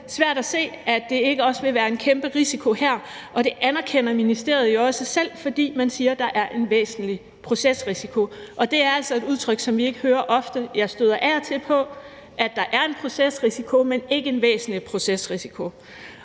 svært at se, at der ikke også vil være en kæmpe risiko her, og det anerkender ministeren jo også selv, for man siger, at der er en væsentlig procesrisiko, og det er altså et udtryk, som vi ikke hører ofte. Jeg støder af og til på, at der er en procesrisiko, men ikke en væsentlig procesrisiko.